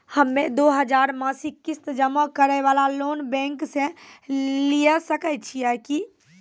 हम्मय दो हजार मासिक किस्त जमा करे वाला लोन बैंक से लिये सकय छियै की?